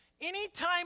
Anytime